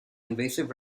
invasive